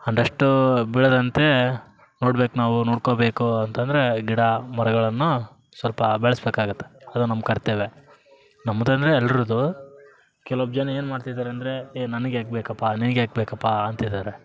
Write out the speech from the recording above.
dust ಬೀಳದಂತೆ ನೋಡ್ಬೇಕು ನಾವು ನೋಡ್ಕೊಬೇಕು ಅಂತಂದರೆ ಗಿಡ ಮರಗಳನ್ನು ಸ್ವಲ್ಪ ಬೆಳೆಸ್ಬೇಕಾಗತ್ತೆ ಅದು ನಮ್ಮ ಕರ್ತವ್ಯ ನಮ್ದು ಅಂದರೆ ಎಲ್ಲರದ್ದು ಕೆಲವೊಬ್ಬ ಜನ ಏನು ಮಾಡ್ತಿದ್ದಾರೆ ಅಂದರೆ ಏ ನನಗ್ ಯಾಕೆ ಬೇಕಪ್ಪಾ ನಿನಗ್ ಯಾಕೆ ಬೇಕಪ್ಪಾ ಅಂತಿದ್ದಾರೆ